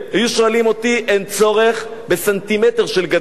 היו שואלים אותי, אין צורך בסנטימטר של גדר.